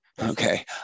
Okay